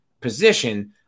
position